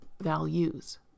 values